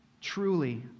truly